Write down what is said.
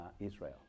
Israel